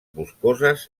boscoses